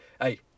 hey